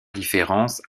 différences